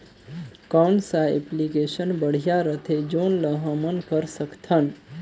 कौन सा एप्लिकेशन बढ़िया रथे जोन ल हमन कर सकथन?